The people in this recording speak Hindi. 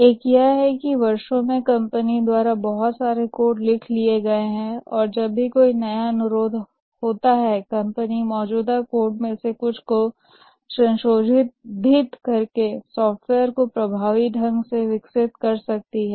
एक यह है कि वर्षों में कंपनी द्वारा बहुत सारे कोड लिखे गए हैं और जब भी कोई नया अनुरोध होता है कंपनी मौजूदा कोड में से कुछ को संशोधित करके सॉफ्टवेयर को प्रभावी ढंग से विकसित कर सकती है